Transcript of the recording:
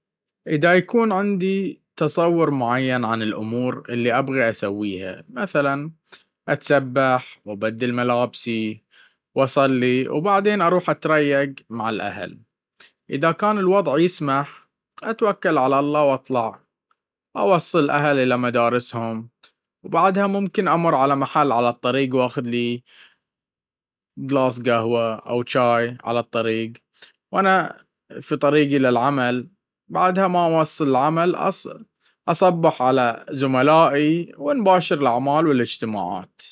اذا يكون عندي تصور معين عن الأمور اللي أبغي أسويها, مثلا أتسبح, وأبدل ملابسي, وأصلي وبعدين اروح أتريق مع الأهل اذا كان الوضع يسمح, اتوكل على الله وأطلع أو أوصل الأهل الى مدارسهم, وبعدها ممكن أمر على محل على الطريق وأخذ لي كوب قهوة أو شاي على الطريق وأنا في طريقي الى العمل, بعد ما أوصل العمل أصبح على زملائي, ونباشر الأعمال والإجتماعات.